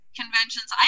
conventions